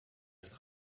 les